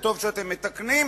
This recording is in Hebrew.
וטוב שאתם מתקנים,